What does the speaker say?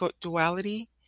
duality